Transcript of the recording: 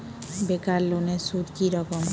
বেকার লোনের সুদ কি রকম?